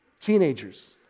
Teenagers